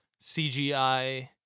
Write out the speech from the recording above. CGI